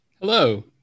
Hello